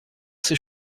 ses